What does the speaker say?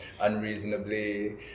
unreasonably